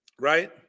right